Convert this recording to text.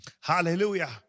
Hallelujah